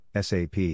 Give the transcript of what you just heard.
SAP